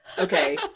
Okay